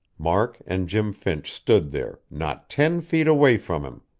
mark and jim finch stood there, not ten feet away from him.